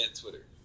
Twitter